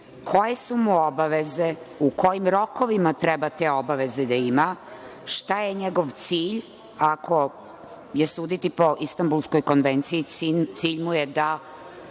koje su mu obaveze, u kojima rokovima treba te obaveze da ima, šta je njegov cilj. Ako je suditi po Istambulskoj konvenciji, cilj mu je da